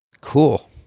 cool